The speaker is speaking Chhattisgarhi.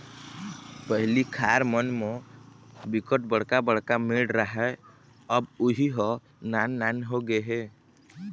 पहिली खार मन म बिकट बड़का बड़का मेड़ राहय अब उहीं ह नान नान होगे हे